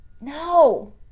No